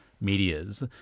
media's